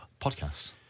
podcasts